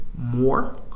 more